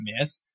miss